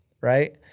right